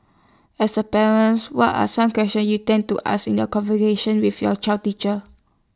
as A parents what are some questions you tend to ask in your conversations with your child's teacher